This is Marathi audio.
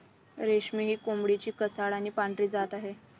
रेशमी ही कोंबडीची केसाळ आणि पांढरी जात आहे